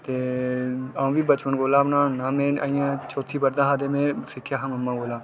ते असें बचपन कोला बनाने होन्ने में चौथी पढ़दा हा अदूं सिक्खेआ हा मम्मा कोला